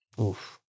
Oof